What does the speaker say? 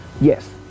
Yes